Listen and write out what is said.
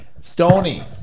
Stoney